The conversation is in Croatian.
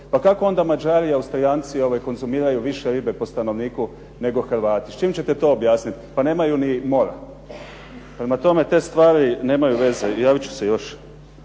Pa kako onda Mađari i Austrijanci konzumiraju više ribe po stanovniku nego Hrvati. S čim ćete to objasniti? Pa nemaju ni mora. Prema tome te stvari nemaju veze. Javit ću se još.